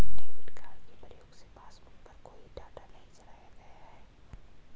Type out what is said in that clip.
debit card के प्रयोग से पासबुक पर कोई डाटा नहीं चढ़ाया गया है